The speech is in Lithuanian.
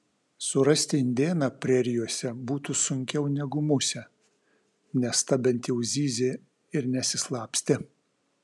surasti indėną prerijose būtų sunkiau negu musę nes ta bent jau zyzė ir nesislapstė